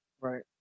Right